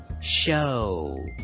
Show